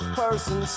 person